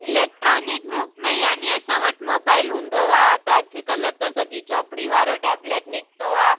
electronic रूप में याने असां वटि मोबाइल हूंदो आहे त अॼुकल्ह त सॼी चौपड़ी वारो टेबलेट निकितो आहे